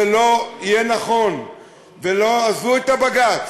זה לא יהיה נכון ולא, עזבו את הבג"ץ.